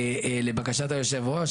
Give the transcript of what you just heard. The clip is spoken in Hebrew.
ולבקשת יושב הראש,